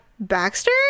Baxter